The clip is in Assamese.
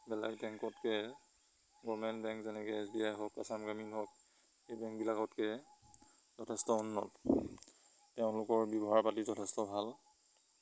বেলেগ বেংকতকে গমেণ্ট বেংক যেনেকে এছ ড আই হওক আচাম গ্ৰামীণ হওক এই বেংকবিলাকতকে যথেষ্ট উন্নত তেওঁলোকৰ ব্যৱহাৰ পাতি যথেষ্ট ভাল